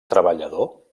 treballador